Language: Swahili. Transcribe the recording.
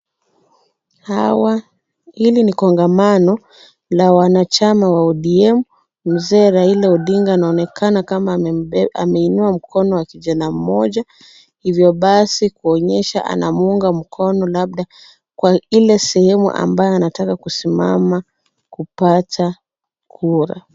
Hili ni kongamano la wanachama wa ODM. Mzee Raila Odinga anaonekana kama ameinua mkono wa kijana mmoja hivyo basi kuonyesha anamuunga mkono labda kwa ile sehemu ambayo anataka kusimama kupata kura.